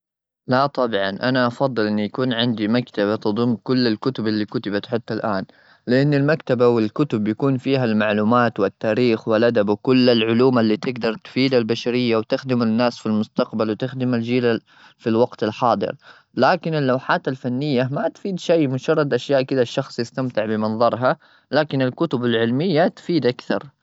لا، طبعا! أنا أفضل إنه يكون عندي مكتبة تضم كل الكتب اللي كتبت حتى الآن. لأن المكتبة والكتب بيكون فيها المعلومات والتاريخ والأدب، وكل العلوم اللي تقدر تفيد البشرية وتخدم الناس في المستقبل وتخدم الجيل ال-في الوقت الحاضر. لكن اللوحات الفنية ما تفيد شيء، مجرد أشياء كذا الشخص يستمتع بمنظرها. لكن الكتب العلمية تفيد أكثر.